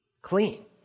clean